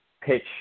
pitch –